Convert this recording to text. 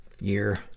year